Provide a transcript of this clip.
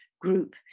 group